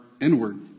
inward